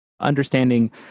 understanding